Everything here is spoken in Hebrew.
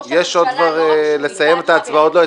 עוד לא הצבענו,